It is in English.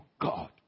God